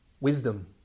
wisdom